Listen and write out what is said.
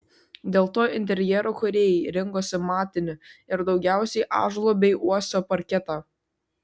dėl to interjero kūrėjai rinkosi matinį ir daugiausiai ąžuolo bei uosio parketą